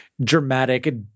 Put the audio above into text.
dramatic